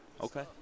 Okay